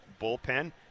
bullpen